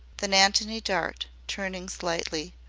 then antony dart, turning slightly,